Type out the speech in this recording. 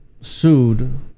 sued